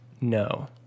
no